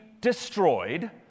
destroyed